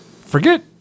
Forget